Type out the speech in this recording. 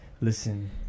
listen